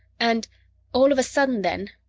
and all of a sudden then,